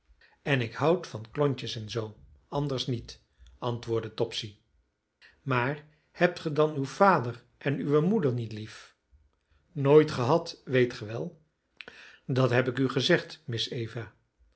en ik houd van klontjes en zoo anders niet antwoordde topsy maar hebt ge dan uw vader en uwe moeder niet lief nooit gehad weet ge wel dat heb ik u gezegd miss eva